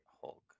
Hulk